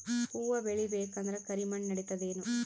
ಹುವ ಬೇಳಿ ಬೇಕಂದ್ರ ಕರಿಮಣ್ ನಡಿತದೇನು?